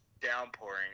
downpouring